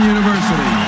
University